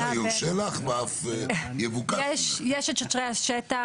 יש את שוטרי השטח,